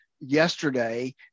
yesterday